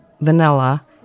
vanilla